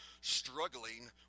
struggling